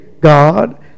God